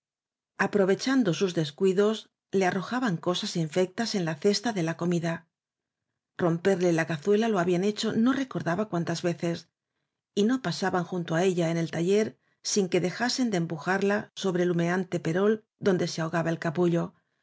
sus descuidos le arrojaban cosas infectas en la cesta de la comida romperle la cazuela lo habían hecho no recordaba cuántas veces y no pasaban junto á ella en el taller sin que dejasen de empujarla sobre el humeante perol donde se ahogaba el capullo